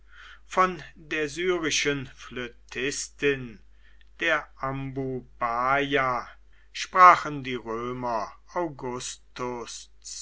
von der syrischen flötistin der am sprachen die römer